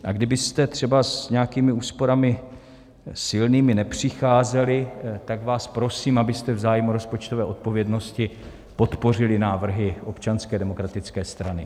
A kdybyste třeba s nějakými úsporami silnými nepřicházeli, tak vás prosím, abyste v zájmu rozpočtové odpovědnosti podpořili návrhy Občanské demokratické strany.